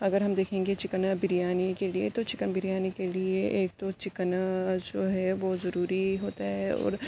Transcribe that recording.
اگر ہم دیکھیں گے چکن بریانی کے لیے تو چکن بریانی کے لیے ایک تو چکن جو ہے وہ ضروری ہوتا ہے اور